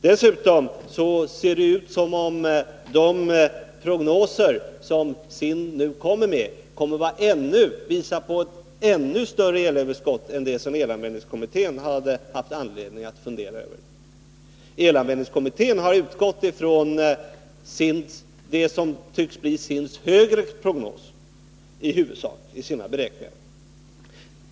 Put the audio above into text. Dessutom tycks de prognoser som SIND nu lägger fram visa ett ännu större överskott än det som elanvändningskommittén har haft anledning fundera över. Elanvändningskommittén har vid sina beräkningar i huvudsak utgått från det som nu tycks bli SIND:s högre prognos.